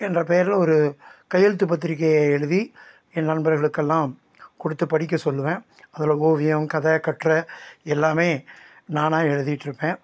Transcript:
என்ற பெயரில் ஒரு கையெழுத்து பத்திரிக்கையை எழுதி என் நண்பர்களுக்கெல்லாம் கொடுத்து படிக்க சொல்வேன் அதில் ஓவியம் கதை கட்டுரை எல்லாம் நானாக எழுதியிருப்பேன்